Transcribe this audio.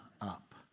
up